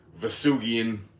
Vasugian